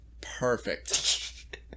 Perfect